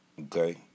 okay